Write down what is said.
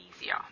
easier